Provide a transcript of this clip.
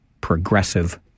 progressive